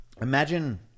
imagine